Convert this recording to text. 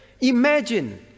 Imagine